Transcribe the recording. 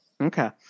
Okay